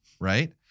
right